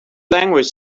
language